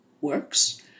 works